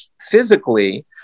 physically